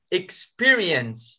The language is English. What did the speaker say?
experience